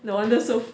no wonder so